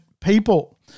people